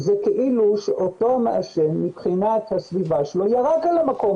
זה כאילו שאותו מעשן מבחינת הסביבה שלו ירק על המקום